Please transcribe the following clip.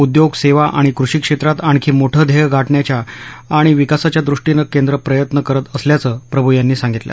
उद्योग सेवा आणि कृषी क्षेत्रात आणखी मोठं ध्येयं गाठण्याच्या आणि विकासाच्या द्रष्टीनं केंद्र प्रयत्न करत असल्याचं प्रभू यांनी सांगितलं